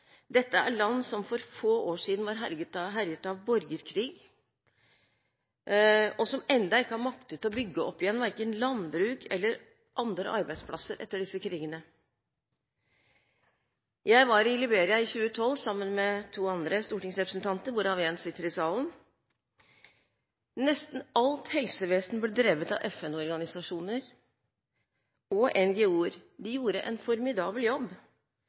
Dette er land som for få år siden var herjet av borgerkrig, og som ennå ikke har maktet å bygge opp igjen verken landbruk eller andre arbeidsplasser etter disse krigene. Jeg var i Liberia i 2012 sammen med to andre stortingsrepresentanter, hvorav én sitter i salen. Nesten alt helsevesen ble drevet av FN-organisasjoner og NGO-er. De gjorde en formidabel jobb,